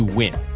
win